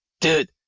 dude